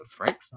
right